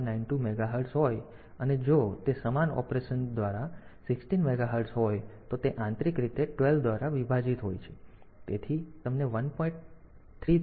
0592 megahertz હોય અને જો તે સમાન ઓપરેશન દ્વારા 16 મેગાહર્ટ્ઝ હોય તો તે આંતરિક રીતે 12 દ્વારા વિભાજિત હોય છે તેથી તમને 1